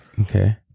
Okay